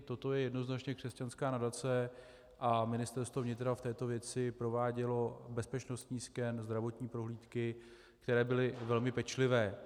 Toto je jednoznačně křesťanské nadace a Ministerstvo vnitra v této věci provádělo bezpečnostní sken, zdravotní prohlídky, které byly velmi pečlivé.